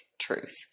truth